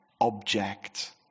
object